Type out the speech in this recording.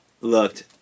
looked